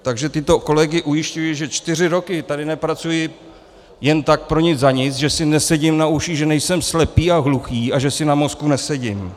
Takže tyto kolegy ujišťuji, že čtyři roky tady nepracuji jen tak pro nic za nic, že si nesedím na uších, že nejsem slepý a hluchý a že si na mozku nesedím.